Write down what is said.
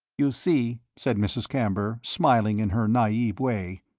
you see, said mrs. camber, smiling in her naive way,